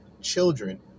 children